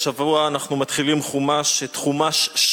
השבוע אנחנו מתחילים את חומש שמות,